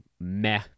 meh